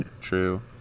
true